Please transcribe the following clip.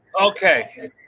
Okay